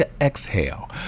exhale